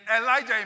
Elijah